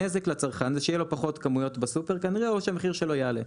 הנזק לצרכן זה שיהיו לו פחות כמויות בסופר כנראה או שהמחיר שלו יעלה.